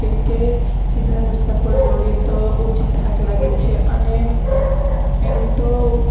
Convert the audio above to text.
કેમકે સીધા રસ્તા પર દોડીએ તો ઓછી થાક લાગે છે અને એમ એમ તો